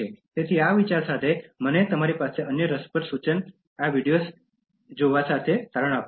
તેથી આ વિચાર સાથે મને તમારી પાસે અન્ય રસપ્રદ સૂચન આ વિડિઓઝ જોવા સાથે આ તારણ દો